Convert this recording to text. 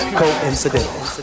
coincidental